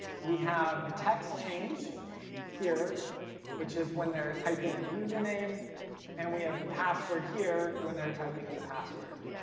we have the text change here which is when they're typing in the username and we have the password here when they're typing in the password.